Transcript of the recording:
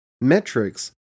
metrics